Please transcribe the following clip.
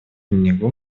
него